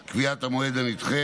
(קביעת המועד הנדחה),